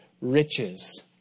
riches